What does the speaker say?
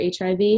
HIV